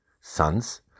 sons